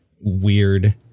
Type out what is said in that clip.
weird